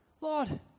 Lord